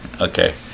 Okay